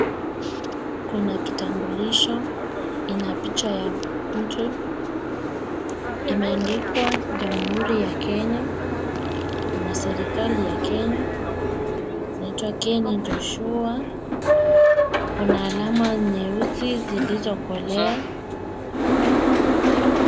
Kuna kitambulisho ina picha ya mtu imeandikwa Jamhuri ya Kenya na serikali ya Kenya inaitwa Ken Joshua, kuna alama nyeusi zilizo kolea.